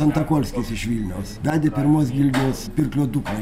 antokolskis iš vilniaus vedė pirmos gildijos pirklio dukrą